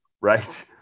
right